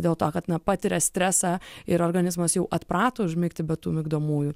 dėl to kad na patiria stresą ir organizmas jau atprato užmigti be tų migdomųjų